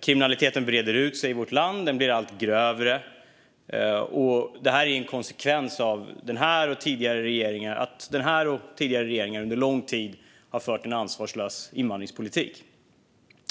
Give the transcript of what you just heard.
Kriminaliteten breder ut sig i vårt land, och den blir allt grövre. Detta är en konsekvens av att denna och tidigare regeringar under lång tid har fört en ansvarslös invandringspolitik.